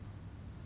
yeah I think